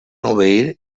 obeir